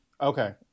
Okay